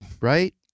right